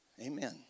Amen